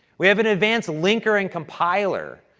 we have an advance linker and compiler.